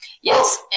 Yes